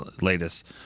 latest